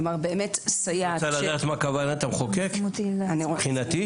את רוצה לדעת מה כוונת המחוקק, מבחינתי?